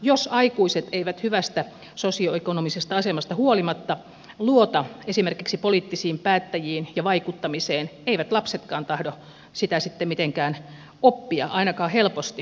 jos aikuiset eivät hyvästä sosioekonomisesta asemasta huolimatta luota esimerkiksi poliittisiin päättäjiin ja vaikuttamiseen eivät lapsetkaan tahdo sitä sitten mitenkään oppia ainakaan helposti